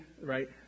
right